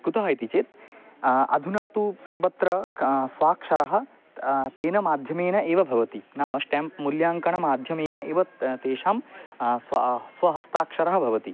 कुतः इति चेत् अधुना तु सर्वत्र स्वाक्षरः तेन माध्यमेन एव भवति नाम श्टाम्प् मौल्याङ्कनं माध्यमेन एव तेषां स्व स्व हस्ताक्षरः भवति